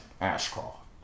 Ashcroft